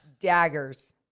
Daggers